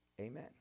Amen